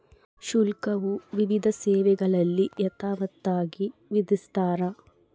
ಶುಲ್ಕವು ವಿವಿಧ ಸೇವೆಗಳಿಗೆ ಯಥಾವತ್ತಾಗಿ ವಿಧಿಸ್ತಾರ